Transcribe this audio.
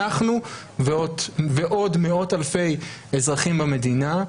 אנחנו ועוד מאות אלפי אזרחים במדינה.